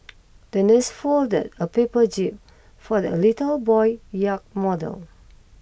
the nurse folded a paper jib for the a little boy yacht model